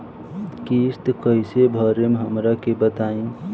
किस्त कइसे भरेम हमरा के बताई?